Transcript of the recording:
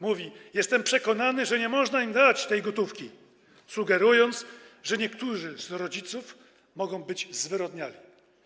Mówi: jestem przekonany, że nie można im dać tej gotówki, sugerując, że niektórzy z rodziców mogą być zwyrodniali.